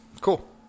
Cool